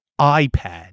iPad